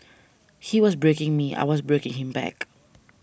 he was breaking me I was breaking him back